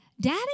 Daddy